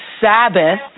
Sabbath